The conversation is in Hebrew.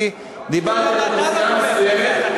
אני דיברתי על אוכלוסייה מסוימת.